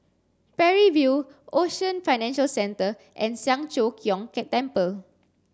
Parry View Ocean Financial Centre and Siang Cho Keong Temple